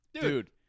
Dude